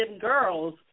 girls